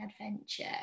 adventure